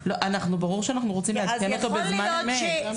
ברור שאנחנו רוצים לעדכן אותו בזמן אמת.